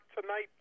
tonight